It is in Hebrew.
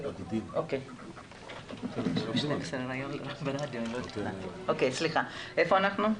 סליחה, איפה אנחנו?